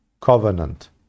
covenant